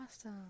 awesome